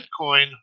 Bitcoin